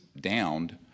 downed